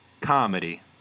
Comedy